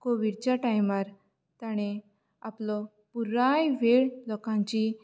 कोवीडच्या टायमार ताणें आपलो पुराय वेळ लोकांची